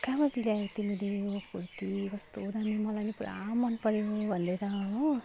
कहाँबाट ल्यायौ तिमीले यो कुर्ती कस्तो दामी मलाई नि पुरा मनपर्यो भनेर हो